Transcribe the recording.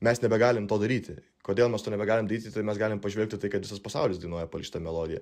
mes nebegalim to daryti kodėl mes to nebegalim daryti tai mes galim pažvelgt į tai kad visas pasaulis dainuoja šitą melodiją